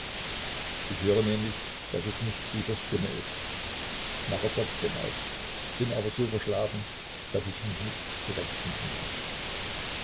ich höre nämlich daß es nicht griesers stimme ist mache trotzdem auf bin aber so verschlafen daß ich mich nicht zurechtfinden kann